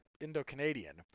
Indo-Canadian